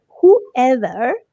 whoever